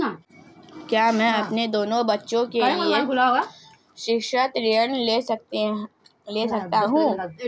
क्या मैं अपने दोनों बच्चों के लिए शिक्षा ऋण ले सकता हूँ?